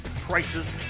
prices